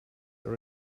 are